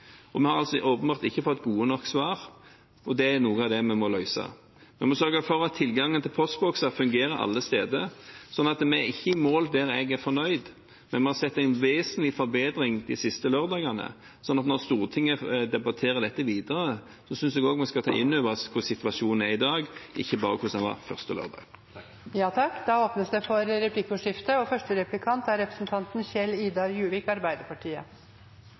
det er noe av det vi må løse. Vi må sørge for at tilgangen til postbokser fungerer alle steder. Vi er ikke i mål selv om jeg er fornøyd, men vi har sett en vesentlig forbedring de siste lørdagene. Så når Stortinget debatterer dette videre, synes jeg vi skal ta inn over oss hvordan situasjonen er i dag, ikke bare hvordan den var den første lørdagen. Det blir replikkordskifte. Som vi hører og ser i meldingen, får man for så vidt gjennomslag for en del forslag, men det er